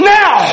now